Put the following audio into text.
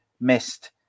missed